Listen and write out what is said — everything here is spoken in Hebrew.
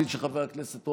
חברות וחברי הכנסת,